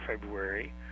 February